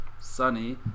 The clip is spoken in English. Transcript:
Sunny